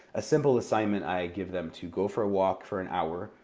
a simple assignment i give them, to go for a walk for an hour,